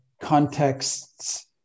contexts